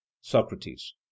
Socrates